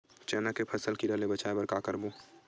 चना के फसल कीरा ले बचाय बर का करबो?